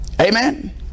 Amen